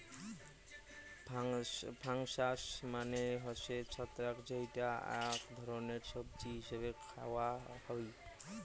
fungus মানে হসে ছত্রাক যেইটা আক ধরণের সবজি হিছেবে খায়া হই